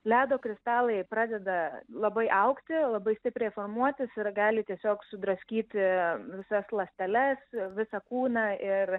ledo kristalai pradeda labai augti labai stipriai formuotis ir gali tiesiog sudraskyti visas ląsteles visą kūną ir